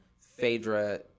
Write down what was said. Phaedra